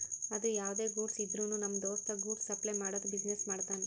ಅದು ಯಾವ್ದೇ ಗೂಡ್ಸ್ ಇದ್ರುನು ನಮ್ ದೋಸ್ತ ಗೂಡ್ಸ್ ಸಪ್ಲೈ ಮಾಡದು ಬಿಸಿನೆಸ್ ಮಾಡ್ತಾನ್